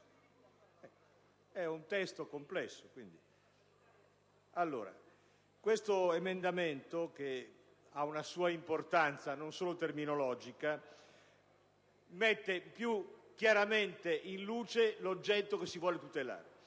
di un testo complesso. L'emendamento 6.41, che ha una sua importanza non solo terminologica, mette più chiaramente in luce l'oggetto che si vuole tutelare.